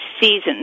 seasons